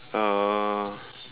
oh